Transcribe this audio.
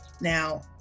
Now